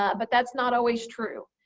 ah but that's not always true.